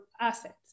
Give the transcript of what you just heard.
assets